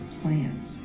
plans